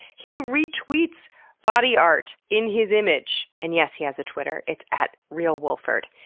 he retweets body art in his image and yes, he has a twitter, it's at realwilford.